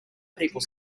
people